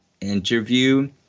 interview